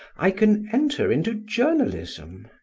i can enter into journalism.